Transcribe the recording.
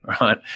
right